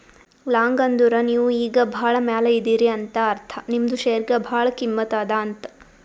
long ಅಂದುರ್ ನೀವು ಈಗ ಭಾಳ ಮ್ಯಾಲ ಇದೀರಿ ಅಂತ ಅರ್ಥ ನಿಮ್ದು ಶೇರ್ಗ ಭಾಳ ಕಿಮ್ಮತ್ ಅದಾ ಅಂತ್